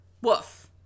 Woof